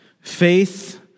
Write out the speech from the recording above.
faith